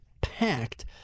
packed